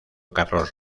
carlos